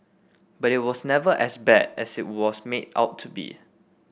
but it was never as bad as it was made out to be